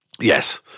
yes